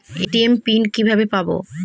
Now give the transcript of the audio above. ATM pin কিভাবে পাবো?